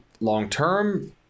long-term